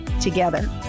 together